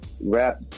rap